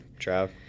Trav